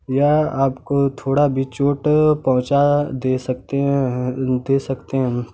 या आपको थोड़ा भी चोट पहुंचा दे सकते हैं दे सकते हैं